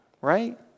right